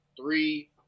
three